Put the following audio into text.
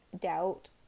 doubt